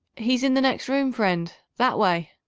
he's in the next room, friend. that way.